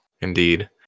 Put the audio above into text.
Indeed